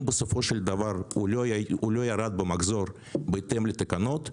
אם בסופו של דבר הוא לא ירד במחזור בהתאם לתקנות,